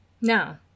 No